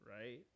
right